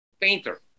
painter